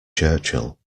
churchill